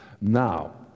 Now